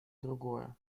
другое